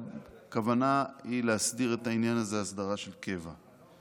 והכוונה היא להסדיר את העניין הזה הסדרה של קבע.